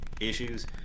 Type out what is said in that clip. issues